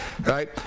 Right